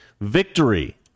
Victory